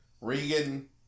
Regan